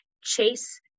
chase